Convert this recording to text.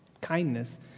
Kindness